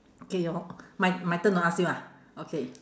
okay your my my turn to ask you ah okay